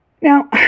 Now